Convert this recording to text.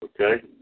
Okay